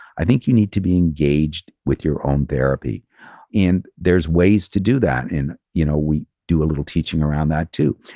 i think you need to be engaged with your own therapy and there's ways to do that. you know we do a little teaching around that too.